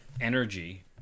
energy